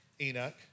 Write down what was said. Enoch